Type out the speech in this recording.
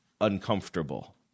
uncomfortable